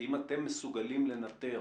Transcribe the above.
כי אתם מסוגלים לנטר